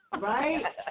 Right